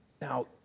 Now